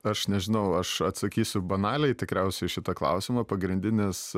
aš nežinau aš atsakysiu banaliai tikriausiai į šitą klausimą pagrindinis